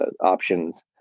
options